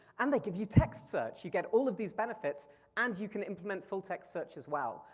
and they give you text search, you get all of these benefits and you can implement full text search as well.